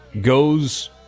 goes